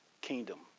kingdom